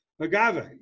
agave